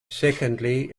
secondly